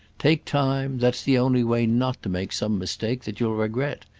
take time that's the only way not to make some mistake that you'll regret.